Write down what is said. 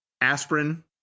aspirin